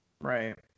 Right